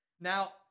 Now-